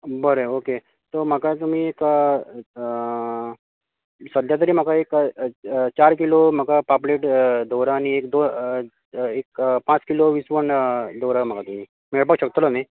बरें okay so म्हाका तुमी एक सद्या तरी म्हाका एक चार किलो म्हाका पापलेट दवरात आनीक एक एक पांच किलो इस्वण दवरात म्हाका तुमी मेळपाक शकतलो न्ही